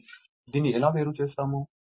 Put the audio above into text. కానీ దీన్ని ఎలా వేరు చేస్తాము